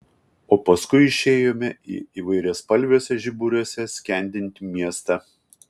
o paskui išėjome į įvairiaspalviuose žiburiuose skendintį miestą